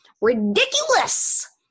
ridiculous